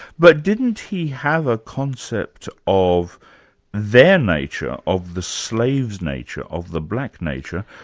but didn't he have a concept of their nature, of the slave's nature, of the black nature,